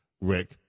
Rick